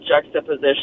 juxtaposition